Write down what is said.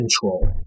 control